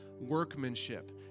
workmanship